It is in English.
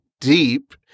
deep